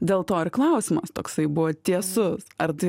dėl to ir klausimas toksai buvo tiesus ar tai